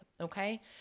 Okay